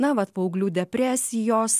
na vat paauglių depresijos